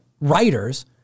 writers